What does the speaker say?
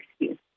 excuse